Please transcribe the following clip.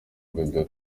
bebe